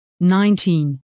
nineteen